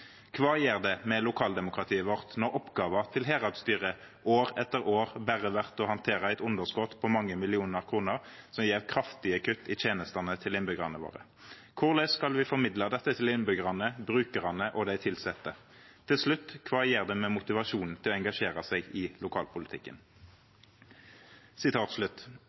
Kva gjer det med lokaldemokratiet vårt når oppgåva til heradsstyret år etter år berre vert å handtera eit underskot på mange millionar som gjev kraftige kutt i tenestene til innbyggjarane våre? Korleis skal vi formidla dette til innbyggjarane, brukarane og dei tilsette? Til slutt, kva gjer det med motivasjonen til å engasjera seg i lokalpolitikken?»